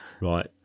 Right